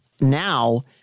now